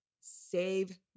save